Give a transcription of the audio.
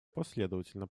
последовательно